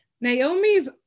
Naomi's